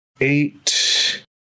eight